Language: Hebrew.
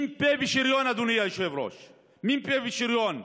מ"פ בשריון,